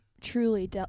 truly